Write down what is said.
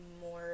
more